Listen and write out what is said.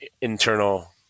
internal